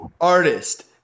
artist